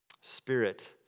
Spirit